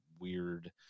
weird